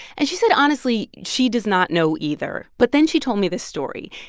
and she said, honestly, she does not know either. but then she told me this story.